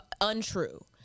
untrue